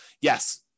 yes